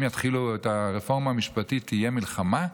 יתחילו את הרפורמה המשפטית תהיה מלחמה?